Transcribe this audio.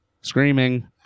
Screaming